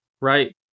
right